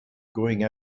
going